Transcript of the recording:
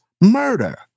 murder